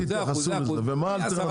זה 1% וזה 1% וזה 1%,